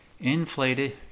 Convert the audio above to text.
inflated